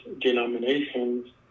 denominations